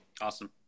Awesome